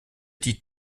die